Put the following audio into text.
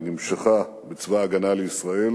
היא נמשכה בצבא-ההגנה לישראל